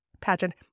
pageant